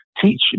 teach